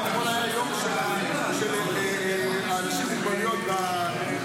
אתמול היה היום של האנשים עם מוגבלויות בגפיים,